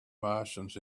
martians